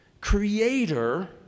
creator